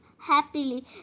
happily